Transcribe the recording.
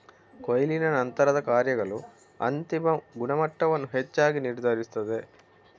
ಕೊಯ್ಲಿನ ನಂತರದ ಕಾರ್ಯಗಳು ಅಂತಿಮ ಗುಣಮಟ್ಟವನ್ನು ಹೆಚ್ಚಾಗಿ ನಿರ್ಧರಿಸುತ್ತದೆ